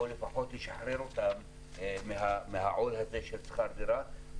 או לפחות לשחרר אותם מהעול הזה של שכר דירה.